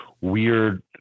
weird